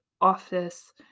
office